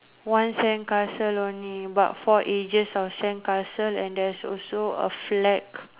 one sandcastle only but four edges of sandcastle and there's also a flag